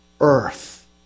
earth